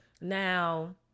Now